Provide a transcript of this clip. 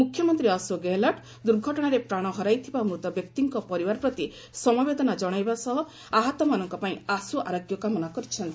ମୁଖ୍ୟମନ୍ତ୍ରୀ ଅଶୋକ ଗେହଲଟ ଦୁର୍ଘଟଣାରେ ପ୍ରାଣ ହରାଇଥିବା ମୃତ ବ୍ୟକ୍ତିଙ୍କ ପରିବାର ପ୍ରତି ସମବେଦନା ଜଣାଇବା ଆହତମାନଙ୍କ ପାଇଁ ଆଶୁ ଆରୋଗ୍ୟ କାମନା କରିଛନ୍ତି